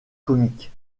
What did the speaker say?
comique